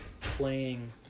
playing